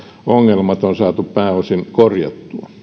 ongelmat on saatu pääosin korjattua